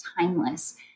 timeless